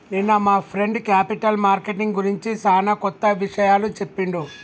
నిన్న మా friend capital marketing గురించి సానా కొత్త విషయాలు చెప్పిండు